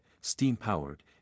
steam-powered